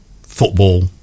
football